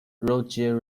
roger